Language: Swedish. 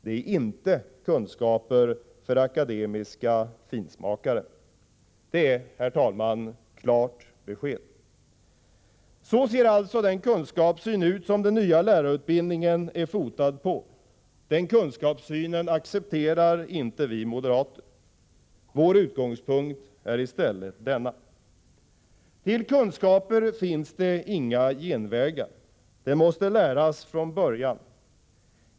Det är inte kunskaper för akademiska finsmakare.” Detta är, herr talman, ett klart besked. Så ser alltså den kunskapssyn ut som den nya lärarutbildningen är fotad på. Den kunskapssynen accepterar inte vi moderater. Vår utgångspunkt är i stället denna: Till kunskaper finns inga genvägar. De måste läras från början.